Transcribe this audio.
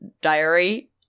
diary